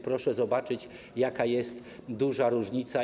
Proszę zobaczyć, jaka to jest duża różnica.